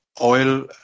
oil